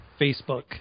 Facebook